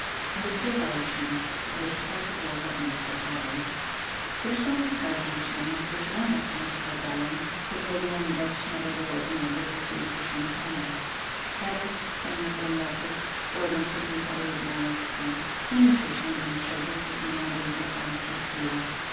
ale przerwałeś mi i to jeszcze tak gwałtownym sposobem wreszcie nie skarżę się gdyż rana jaką ci zadałem pozwoliła mi dać nowe dowody mego dla ciebie poświęcenia teraz seor don lopez błagam cię tylko o jedną łaskę nie mieszaj się do niczego póki nie nadejdzie stanowcza chwila